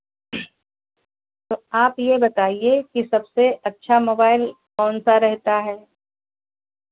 तो आप ये बताइए कि सबसे अच्छा मोबाइल कौन सा रहता है